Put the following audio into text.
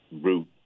Route